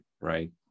right